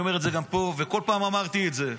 אני אומר את זה גם פה וכל פעם אמרתי את זה,